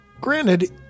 granted